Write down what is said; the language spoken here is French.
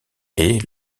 est